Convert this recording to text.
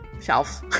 shelf